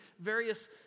various